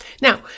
Now